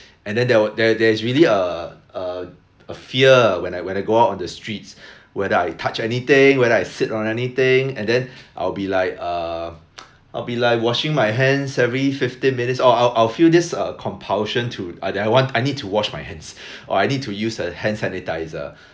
and then there were there there is really a a a fear when I when I go out on the streets whether I touch anything whether I sit on anything and then I'll be like um I'll be like washing my hand every fifteen minutes or I'll I'll feel this uh compulsion to I want I need to wash my hands or I need to use a hand sanitiser